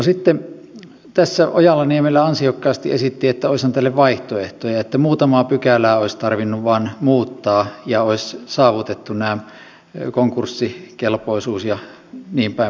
sitten tässä ojala niemelä ansiokkaasti esitti että olisihan tälle vaihtoehtoja että muutamaa pykälää olisi tarvinnut vain muuttaa ja olisi saavutettu konkurssikelpoisuus ja niinpäin pois ja näinpäin pois